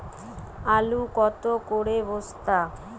আলু কত করে বস্তা?